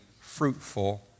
fruitful